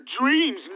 dreams